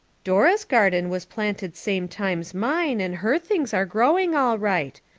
dora's garden was planted same time's mine and her things are growing all right.